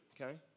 okay